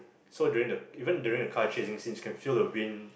so during even during the car chasing scenes you can feel the wind